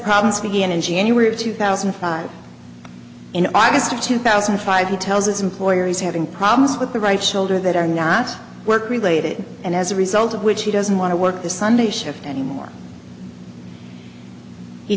problems began in january of two thousand and five in august of two thousand and five he tells his employer is having problems with the right shoulder that are not work related and as a result of which he doesn't want to work the sunday shift anymore he